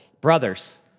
Brothers